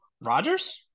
Rogers